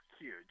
Huge